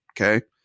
Okay